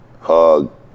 hug